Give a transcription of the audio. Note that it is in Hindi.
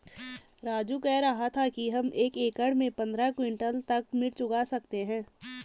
राजू कह रहा था कि हम एक एकड़ में पंद्रह क्विंटल तक मिर्च उगा सकते हैं